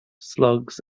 slugs